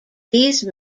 these